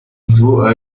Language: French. vaut